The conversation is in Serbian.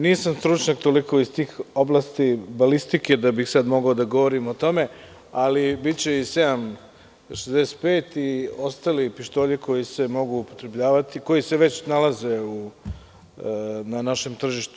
Nisam stručnjak toliko iz tih oblasti balistike da bih sada mogao da govorim o tome, ali biće i 7.65 i ostali pištolji koji se mogu upotrebljavati, koji se već nalaze na našem tržištu.